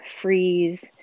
freeze